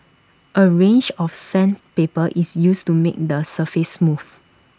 A range of sandpaper is used to make the surface smooth